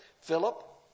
Philip